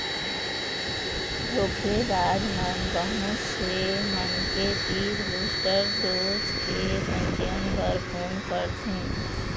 धोखेबाज मन बहुत से मनखे तीर बूस्टर डोज के पंजीयन बर फोन करथे